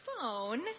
phone